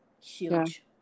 huge